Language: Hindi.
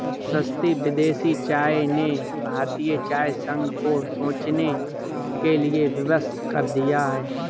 सस्ती विदेशी चाय ने भारतीय चाय संघ को सोचने के लिए विवश कर दिया है